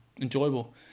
enjoyable